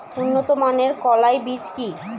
উন্নত মানের কলাই বীজ কি?